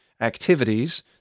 activities